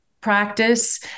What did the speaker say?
practice